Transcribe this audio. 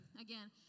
again